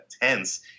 tense